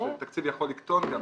שתקציב יכול לקטון גם,